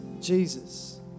Jesus